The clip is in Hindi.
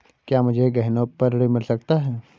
क्या मुझे गहनों पर ऋण मिल सकता है?